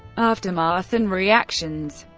aftermath and reactions